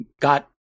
got